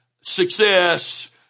success